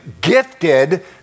gifted